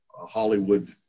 Hollywood